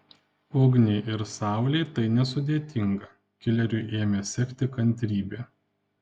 ugniai ir saulei tai nesudėtinga kileriui ėmė sekti kantrybė